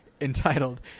entitled